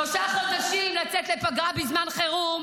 שלושה חודשים לצאת לפגרה בזמן חירום